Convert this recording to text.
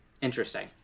Interesting